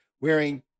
wearing